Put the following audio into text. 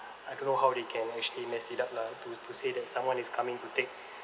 I don't know how they can actually messed it up lah to to say that someone is coming to take